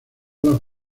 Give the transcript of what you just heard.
las